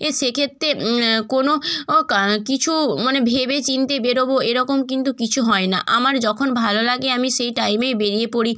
এ সেক্ষেত্রে কোনো ও কা কিছু মানে ভেবে চিন্তে বেরবো এরকম কিন্তু কিছু হয় না আমার যখন ভালো লাগে আমি সেই টাইমেই বেরিয়ে পড়ি